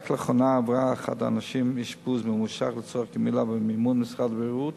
רק לאחרונה עברה אחת הנשים אשפוז ממושך לצורך גמילה במימון משרד הבריאות